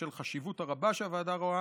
ובשל החשיבות הרבה שהוועדה רואה